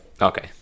Okay